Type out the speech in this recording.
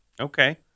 Okay